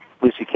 Lucy